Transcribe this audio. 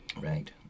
Right